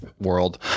world